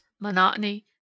monotony